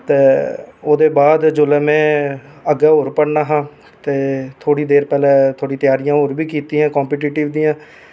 ते ओह्दे बाद जिसलै में अग्गै होर पढना हा ते थोडॉ़ी देर पैह्लैं थोह्ड़ी त्यारियां होर बी कीतियां काम्पीटेटिव दियां